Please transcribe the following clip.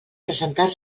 presentar